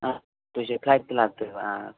ꯑꯈꯣꯏꯖꯦ ꯐ꯭ꯂꯥꯏꯠꯇ ꯂꯥꯛꯇꯣꯏꯕ